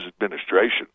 administration